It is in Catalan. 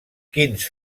quins